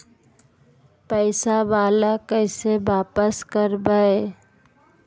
पैसा बाला कैसे बापस करबय?